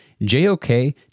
JOK